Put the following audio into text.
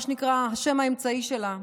השם האמצעי שלה,